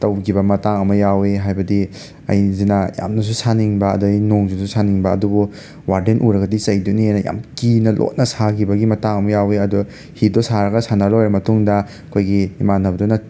ꯇꯧꯒꯤꯕ ꯃꯇꯥꯡ ꯑꯃ ꯌꯥꯎꯋꯦ ꯍꯥꯏꯕꯗꯤ ꯑꯩꯖꯤꯅ ꯌꯥꯝꯅꯁꯨ ꯁꯥꯅꯤꯡꯕ ꯑꯗꯩ ꯅꯣꯡꯖꯤꯖꯨ ꯁꯥꯅꯤꯡꯕ ꯑꯗꯨꯕꯨ ꯋꯥꯔꯗꯦꯟ ꯎꯔꯒꯗꯤ ꯆꯩꯗꯣꯏꯅꯦꯅ ꯌꯥꯝ ꯀꯤꯅ ꯂꯣꯟꯅ ꯁꯥꯈꯤꯕꯒꯤ ꯃꯇꯥꯡ ꯑꯃ ꯌꯥꯎꯋꯦ ꯑꯗꯣ ꯍꯤꯗꯣ ꯁꯥꯔꯒ ꯁꯥꯟꯅ ꯂꯣꯏꯔꯕ ꯃꯇꯨꯡꯗ ꯑꯩꯈꯣꯏꯒꯤ ꯏꯃꯥꯟꯅꯕꯗꯨꯅ